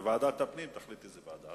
וועדת הכנסת תחליט איזו ועדה.